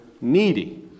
needy